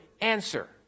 answer